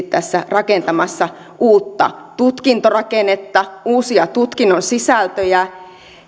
tässä rakentamassa uutta tutkintorakennetta uusia tutkinnon sisältöjä